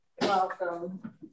welcome